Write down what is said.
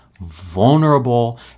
vulnerable